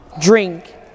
drink